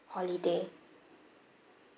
holiday